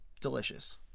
delicious